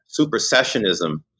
supersessionism